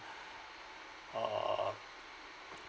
uh